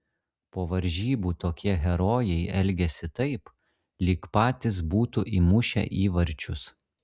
po varžybų tokie herojai elgiasi taip lyg patys būtų įmušę įvarčius